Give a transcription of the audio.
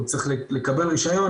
או יצטרך לקבל רישיון,